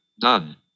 Done